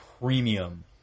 premium